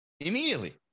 immediately